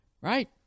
right